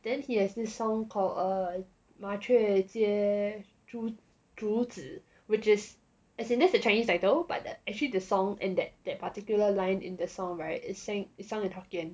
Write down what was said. then he has this song called err 麻雀街竹枝 which is as in that's the chinese title but actually the song and that that particular line in the song [right] is sang sung in hokkien